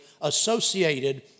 associated